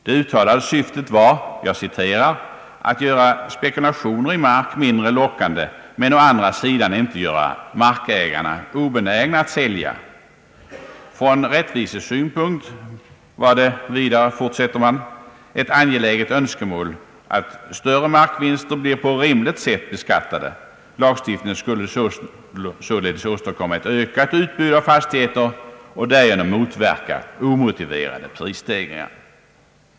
Det uttalade syftet var »att göra spekulationer i mark mindre lockande, men å andra sidan inte göra markägarna obenägna att sälja». Från rättvisesynpunkt är det vidare, fortsätter man, »ett angeläget önskemål att större markvinster blir på rimligt sätt beskattade». Lagstiftningen skulle sålunda åstadkomma ett ökat utbud av fastigheter och därigenom motverka omotiverade prisstegringar.